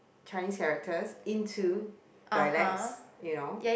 Chinese characters into dialects you know